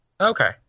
Okay